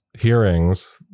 hearings